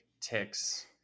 Ticks